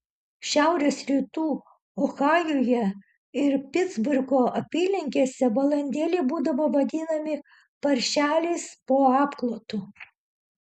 šiaurės rytų ohajuje ir pitsburgo apylinkėse balandėliai būdavo vadinami paršeliais po apklotu